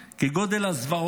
"כגודל הזוועות,